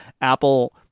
Apple